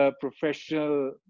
professional